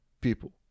people